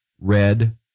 red